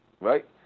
Right